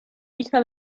hija